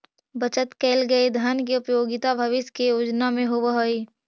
बचत कैल गए धन के उपयोगिता भविष्य के योजना में होवऽ हई